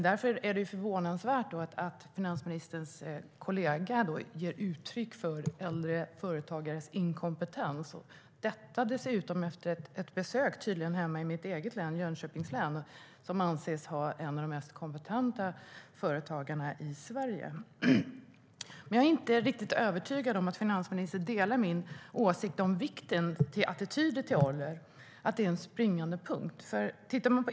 Därför är det förvånande att finansministerns kollega ger uttryck för äldre företagares inkompetens, detta dessutom efter ett besök i mitt hemlän Jönköping, som anses ha några av de mest kompetenta företagarna i Sverige. Jag är inte helt övertygad om att finansministern delar min åsikt om vikten av attityderna till ålder, att det är en springande punkt.